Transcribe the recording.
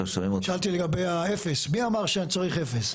לגבי האפס, מי אמר שצריך אפס?